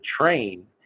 train